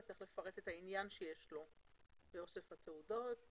צריך לפרט את העניין שיש לו באוסף התעודות